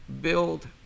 build